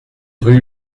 rue